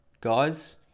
Guys